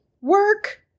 work